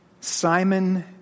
Simon